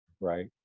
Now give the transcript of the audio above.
right